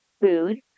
food